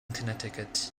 connecticut